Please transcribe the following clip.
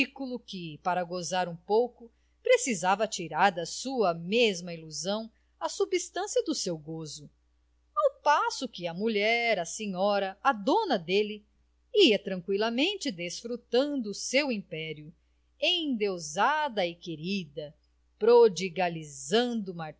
ridículo que para gozar um pouco precisava tirar da sua mesma ilusão a substância do seu gozo ao passo que a mulher a senhora a dona dele ia tranqüilamente desfrutando o seu império endeusada e querida prodigalizando